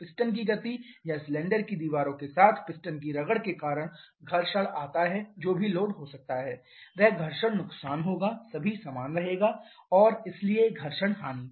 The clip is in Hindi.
पिस्टन की गति या सिलेंडर की दीवारों के साथ पिस्टन की रगड़ के कारण घर्षण आता है जो भी लोड हो सकता है वह घर्षण नुकसान होगा सभी समान रहेगा और इसलिए घर्षण हानि